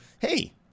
hey